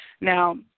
now